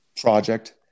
project